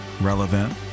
relevant